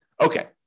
Okay